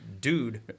dude